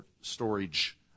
storage